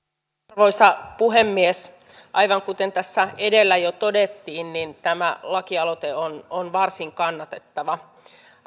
arvoisa puhemies aivan kuten tässä edellä jo todettiin niin tämä lakialoite on on varsin kannatettava